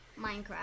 Minecraft